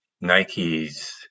Nike's